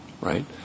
right